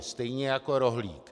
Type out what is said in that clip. Stejně jako rohlík.